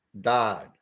died